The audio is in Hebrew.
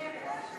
כן.